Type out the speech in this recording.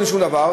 אין לו שום דבר,